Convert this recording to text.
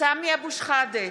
סמי אבו שחאדה,